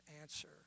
answer